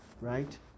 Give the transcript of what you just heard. right